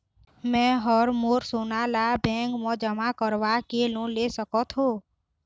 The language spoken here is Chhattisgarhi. मैं हर मोर सोना ला बैंक म जमा करवाके लोन ले सकत हो?